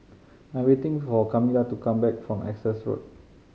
I am waiting for Camila to come back from Essex Road